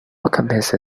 alchemist